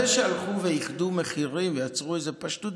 זה שהלכו ואיחדו מחירים ויצרו איזה פשטות,